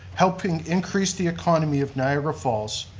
helping increase the economy of niagara falls,